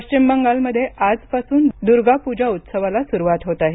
पश्चिम बंगालमध्ये आजपासून दुर्गापूजा उत्सवाला सुरुवात होत आहे